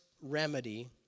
remedy